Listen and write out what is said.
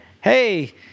hey